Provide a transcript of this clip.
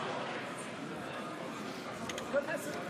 הסתייגות